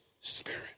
spirit